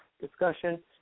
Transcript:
discussion